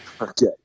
Okay